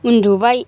उन्दुबाय